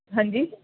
हांजी